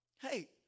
Hey